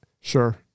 Sure